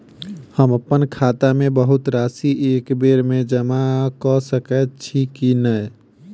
हम अप्पन खाता मे बहुत राशि एकबेर मे जमा कऽ सकैत छी की नै?